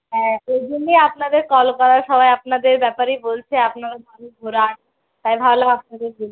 হ্যাঁ ওইজন্যেই আপনাদের কল করা সবাই আপনাদের ব্যাপারেই বলছে আপনারা ভালো ঘোরান তাই ভাবলাম আপনাদের বলি